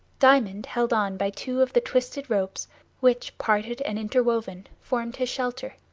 diamond held on by two of the twisted ropes which, parted and interwoven, formed his shelter,